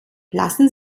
lassen